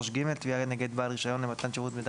3ג.תביעה נגד בעל רישיון למתן שירות מידע